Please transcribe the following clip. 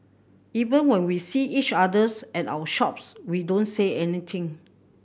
even when we see each others at our shops we don't say anything